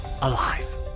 alive